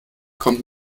kommt